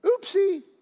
Oopsie